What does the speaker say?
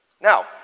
Now